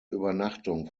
übernachtung